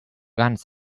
guns